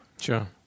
Sure